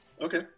Okay